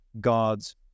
God's